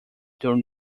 during